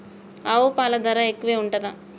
ఆవు పాలకి ధర ఎక్కువే ఉంటదా?